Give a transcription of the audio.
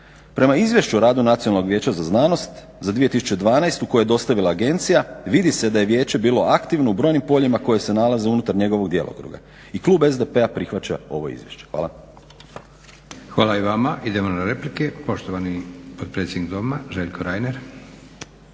Prema Izvješću o radu Nacionalnog vijeća za znanost za 2012. koje je dostavila Agencija vidi se da je Vijeće bilo … aktivno u brojnim poljima koje se nalaze unutar njegovog djelokruga. I klub SDP-a prihvaća ovo Izvješće. **Leko, Josip (SDP)** Hvala i vama. Idemo na replike. Poštovani potpredsjednik Doma Željko Reiner.